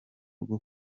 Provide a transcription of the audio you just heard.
rwo